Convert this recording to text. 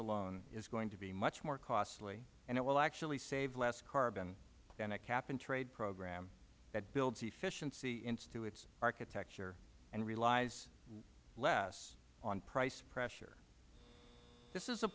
alone is going to be much more costly and it will actually save less carbon than a cap and trade program that builds efficiency through its architecture and relies less on price pressure this is a